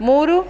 ಮೂರು